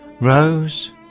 rose